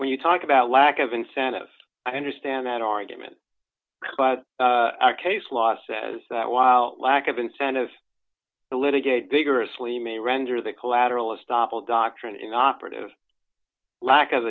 when you talk about lack of incentive i understand that argument but case law says that while lack of incentive to litigate vigorously may render the collateral estoppel doctrine inoperative lack of